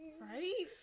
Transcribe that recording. right